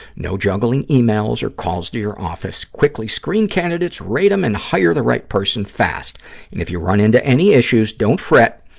no juggling e-mails or calls to your office. quickly screen candidates, rate them and hire the right person fast. and if you run into any issues, don't fret.